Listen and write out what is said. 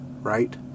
right